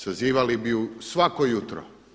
Sazivali bi ju svako jutro.